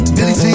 Billy